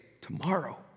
tomorrow